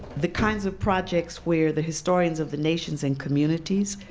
the kinds of projects where the historians of the nations and communities,